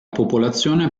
popolazione